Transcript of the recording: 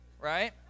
right